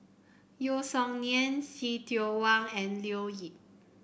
Yeo Song Nian See Tiong Wah and Leo Yip